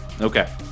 okay